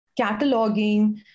cataloging